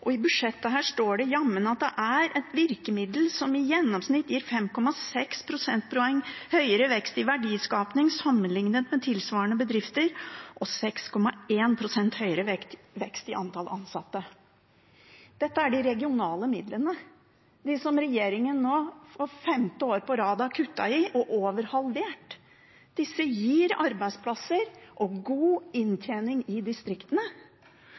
og i budsjettet står det jammen at det er ett virkemiddel som i gjennomsnitt gir 5,6 prosentpoeng høyere vekst i verdiskaping sammenlignet med tilsvarende bedrifter og 6,1 prosentpoeng høyere vekst i antall ansatte, og det er de regionale midlene – de som regjeringen nå for femte år på rad har kuttet i og mer enn halvert. Disse gir arbeidsplasser og god inntjening i distriktene.